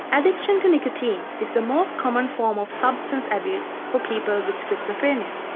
addiction to nicotine is the most common form of substance abuse for people with schizophrenia.